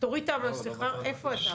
איפה אתה?